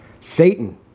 Satan